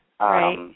Right